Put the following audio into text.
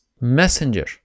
messenger